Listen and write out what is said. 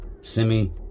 semi